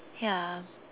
ya